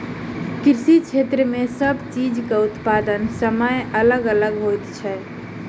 कृषि क्षेत्र मे सब चीजक उत्पादनक समय अलग अलग होइत छै